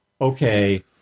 okay